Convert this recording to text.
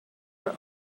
are